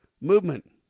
Movement